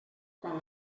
quan